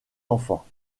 enfants